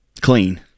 clean